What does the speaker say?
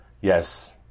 yes